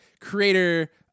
creator